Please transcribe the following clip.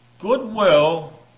goodwill